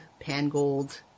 Pangold